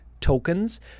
tokens